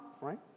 right